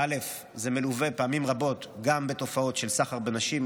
שזה מלווה פעמים רבות גם בתופעות של סחר בנשים,